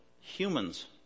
humans